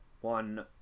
one